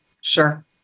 Sure